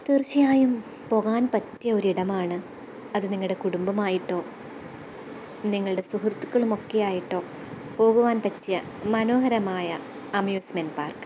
തീര്ച്ചയായും പോകാന് പറ്റിയ ഒരിടമാണ് അത് നിങ്ങളുടെ കുടുംബമായിട്ടോ നിങ്ങളുടെ സുഹൃത്തുക്കളുമൊക്കെ ആയിട്ടോ പോകുവാന് പറ്റിയ മനോഹരമായ അമ്യൂസ്മെന്റ് പാര്ക്ക്